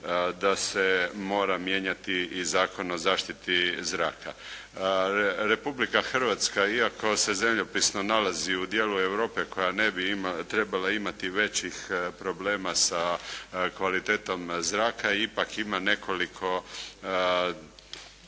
da se mora mijenjati i Zakon o zaštiti zraka. Republika Hrvatska iako se zemljopisno nalazi u dijelu Europe koja ne bi trebala imati većih problema sa kvalitetom zraka, ipak ima nekoliko